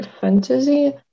Fantasy